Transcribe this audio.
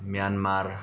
Myanmar